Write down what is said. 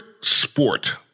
sport